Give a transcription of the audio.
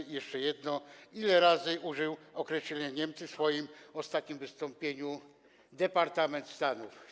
I jeszcze jedno: Ile razy użył określenia „Niemcy” w swoim ostatnim wystąpieniu departament stanów?